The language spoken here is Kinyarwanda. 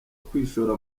kwishora